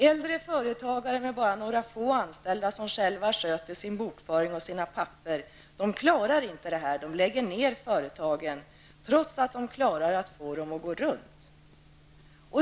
Äldre småföretagare med bara några få anställda, som själva sköter sin bokföring och sina papper, klarar inte detta utan lägger ner sina företag -- trots att de lyckas få dem att gå runt.